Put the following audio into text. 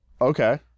Okay